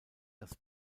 das